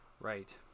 right